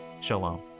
Shalom